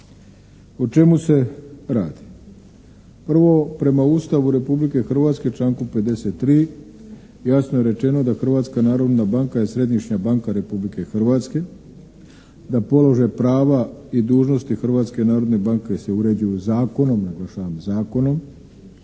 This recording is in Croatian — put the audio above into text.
O čemu se radi? Prvo, prema Ustavu Republike Hrvatske članku 53. jasno je rečeno da Hrvatska narodna banka je središnja banka Republike Hrvatske, da položaj prava i dužnosti Hrvatske narodne banke se uređuju zakonom, naglašavam zakonom